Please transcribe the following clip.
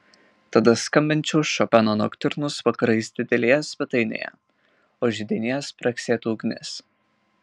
tada skambinčiau šopeno noktiurnus vakarais didelėje svetainėje o židinyje spragsėtų ugnis